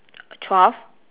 twelve